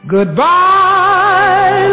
Goodbye